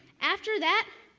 after that,